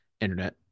internet